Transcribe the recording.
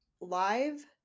live